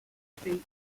speech